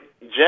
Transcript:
Jeff